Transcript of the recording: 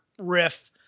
riff